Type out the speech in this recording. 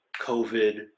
COVID